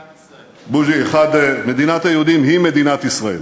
בוז'י, מדינת היהודים היא מדינת ישראל,